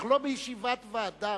אנחנו לא בישיבת ועדה.